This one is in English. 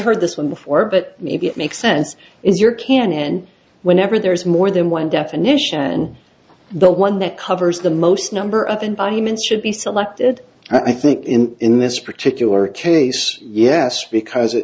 heard this one before but maybe it makes sense is your can and whenever there is more than one definition the one that covers the most number of environments should be selected i think in this particular case yes because it